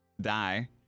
die